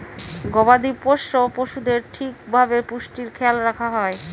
গবাদি পোষ্য পশুদের ঠিক ভাবে পুষ্টির খেয়াল রাখা হয়